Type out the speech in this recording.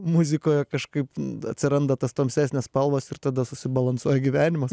muzikoje kažkaip atsiranda tos tamsesnės spalvos ir tada susibalansuoja gyvenimas